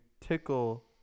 tickle